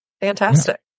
fantastic